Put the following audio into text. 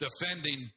defending